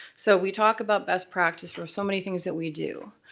so, we talk about best practice for so many things that we do.